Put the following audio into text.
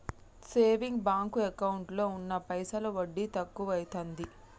saving bank ఎకౌంటులో ఉన్న పైసలు వడ్డి తక్కువైతాంది